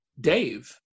Dave